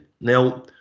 Now